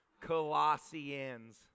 Colossians